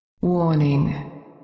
Warning